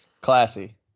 Classy